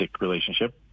relationship